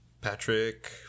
Patrick